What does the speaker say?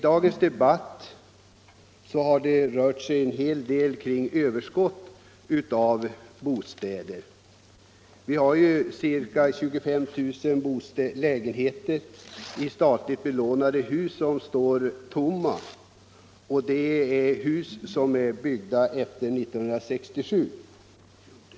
Dagens debatt har rört sig en hel del kring överskottet av bostäder. Det är ju ca 25 000 lägenheter i statligt belånade hus som står tomma, och det gäller hus som är byggda efter 1967.